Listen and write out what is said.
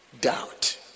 doubt